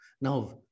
Now